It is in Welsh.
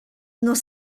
nos